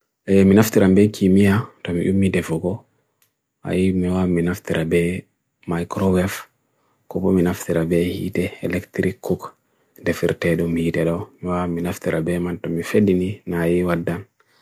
Me naftirame kimiya, dame umi de fogo. Ayi mewa me naftirame microwave. Kopo me naftirame hii de electric cook. Defirted umi dero. Mewa me naftirame man tomi fedini na ayi waddan.